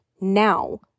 now